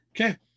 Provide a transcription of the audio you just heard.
Okay